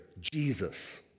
Jesus